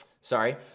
sorry